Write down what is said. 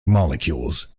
molecules